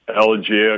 elegiac